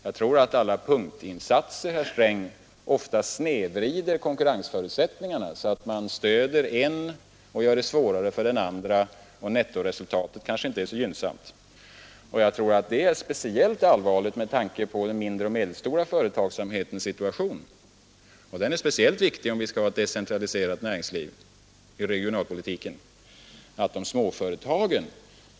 Jag tror att 141 punktinsatser, herr Sträng, ofta snedvrider konkurrensförutsättningarna, så att man stöder en och gör det svårare för en annan, och nettoresultatet kanske inte är så gynnsamt. Det är speciellt allvarligt med tanke på den mindre och medelstora företagsamhetens situation, och den är särskilt viktig om vi skall ha ett decentraliserat näringsliv i regionalpolitiken.